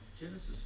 Genesis